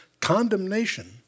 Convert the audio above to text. condemnation